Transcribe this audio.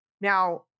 Now